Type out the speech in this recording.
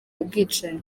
ubwicanyi